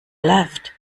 left